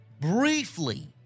Briefly